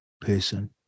person